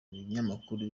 binyamakuru